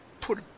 put